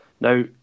Now